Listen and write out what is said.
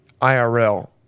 IRL